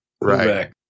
Right